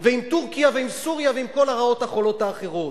ועם טורקיה ועם סוריה ועם כל הרעות החולות האחרות.